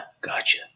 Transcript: gotcha